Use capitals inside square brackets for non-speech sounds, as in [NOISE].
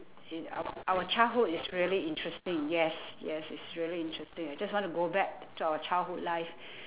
in our our childhood is really interesting yes yes it's really interesting I just wanna go back to our childhood life [BREATH]